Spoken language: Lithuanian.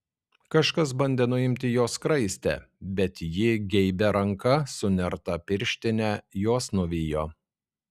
kažkas bandė nuimti jos skraistę bet ji geibia ranka su nerta pirštine juos nuvijo